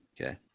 Okay